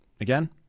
again